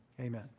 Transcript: amen